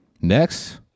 Next